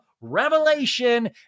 Revelation